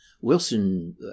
Wilson